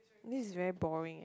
this is very boring eh